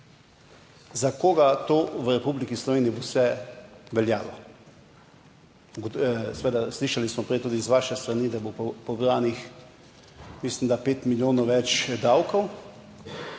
Za koga to v Republiki Sloveniji bo vse veljalo. Seveda, slišali smo prej tudi z vaše strani, da bo pobranih mislim, da pet milijonov več davkov.